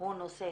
הוא נושא